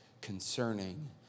concerning